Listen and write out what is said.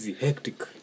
hectic